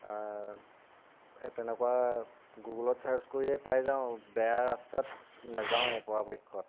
এই তেনেকুৱা গুগ'লত ছাৰ্জ কৰিয়ে পাই যাওঁ বেয়া ৰাস্তাত নাযাওঁৱে পৰাপক্ষত